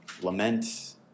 lament